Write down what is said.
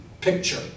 picture